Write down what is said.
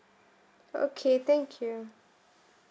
okay thank you